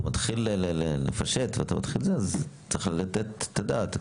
אתה מתחיל לפשט, אז צריך לתת את הדעת.